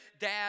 Dad